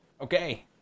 Okay